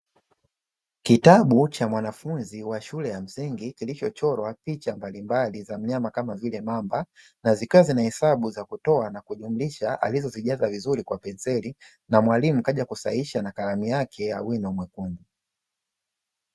Kitabu cha mwanafunzi wa shule ya msingi kilichochorwa picha mbalimbali za mnyama kama vile mamba, na zikawa zina hesabu za kutoa na kujumlisha alizozijaza vizuri kwa penseli, na mwalimu akaja kusahihisha na kalamu yake wino mwekundu.